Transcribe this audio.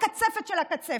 הקצפת של הקצפת.